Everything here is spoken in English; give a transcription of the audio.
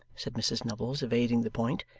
said mrs nubbles, evading the point,